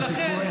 חבר הכנסת כהן,